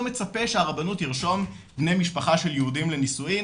מצפה שהרבנות תרשום בני משפחה של יהודים לנישואין,